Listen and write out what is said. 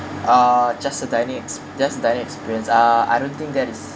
uh just a dining ex~ just dining experience ah I don't think that is